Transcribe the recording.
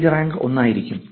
page rank ഒന്നായിരിക്കും